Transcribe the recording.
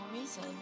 reason